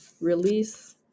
release